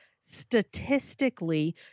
statistically